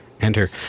enter